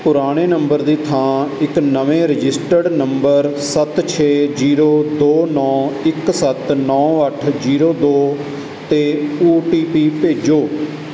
ਪੁਰਾਣੇ ਨੰਬਰ ਦੀ ਥਾਂ ਇੱਕ ਨਵੇਂ ਰਜਿਸਟਰਡ ਨੰਬਰ ਸੱਤ ਛੇ ਜੀਰੋ ਦੋ ਨੌਂ ਇੱਕ ਸੱਤ ਨੌ ਅੱਠ ਜੀਰੋ ਦੋ 'ਤੇ ਓ ਟੀ ਪੀ ਭੇਜੋ